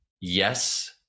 yes